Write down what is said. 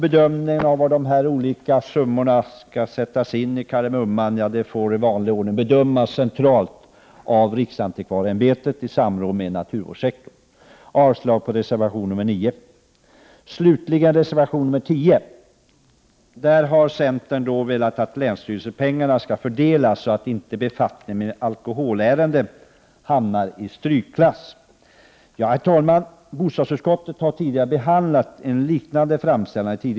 Bedömningen av var de olika summorna skall sättas in får i vanlig ordning bedömas centralt av riksantikvarieämbetet i samråd med naturvårdssektorn. Jag yrkar avslag på reservation nr 9. Slutligen till reservation nr 10. Centern vill att länsstyrelsepengarna skall fördelas så att inte befattningen med alkoholärenden hamnar i strykklass. Bostadsutskottet har tidigare år behandlat en liknande framställan.